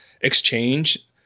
exchange